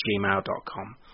gmail.com